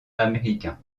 américain